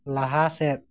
ᱞᱟᱦᱟ ᱥᱮᱫ